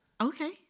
okay